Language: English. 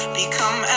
become